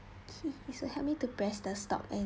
okay so help me to press the stop there